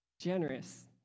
generous